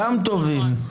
גם טובים.